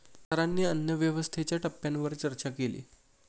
सरांनी अन्नव्यवस्थेच्या टप्प्यांवर चर्चा केली